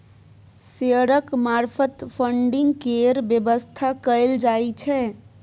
शेयरक मार्फत फडिंग केर बेबस्था कएल जाइ छै